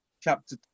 chapter